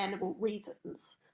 reasons